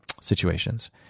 situations